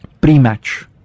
pre-match